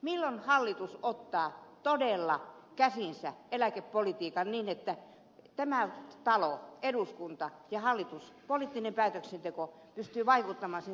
milloin hallitus ottaa todella käsiinsä eläkepolitiikan niin että tämä talo eduskunta ja hallitus poliittinen päätöksenteko pystyy vaikuttamaan sen sisältöön